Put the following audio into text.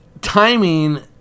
Timing